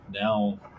now